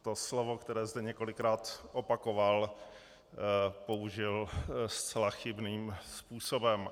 To slovo, které zde několikrát opakoval, použil zcela chybným způsobem.